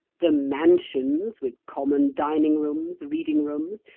the mansions, with common dining-rooms, reading-rooms,